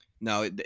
no